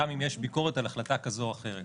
גם אם יש ביקורת על החלטה כזאת או אחרת.